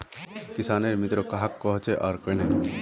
किसानेर मित्र कहाक कोहचे आर कन्हे?